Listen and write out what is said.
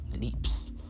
leaps